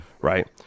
right